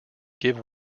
give